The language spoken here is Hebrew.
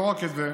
ולא רק את זה,